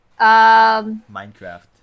Minecraft